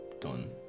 done